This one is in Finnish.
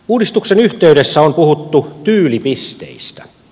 uudistuksen yhteydessä on puhuttu tyylipisteistä